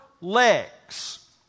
legs